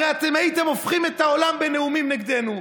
הרי אתם הייתם הופכים את העולם בנאומים נגדנו.